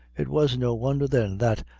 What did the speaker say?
it was no wonder, then, that,